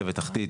רכבת תחתית,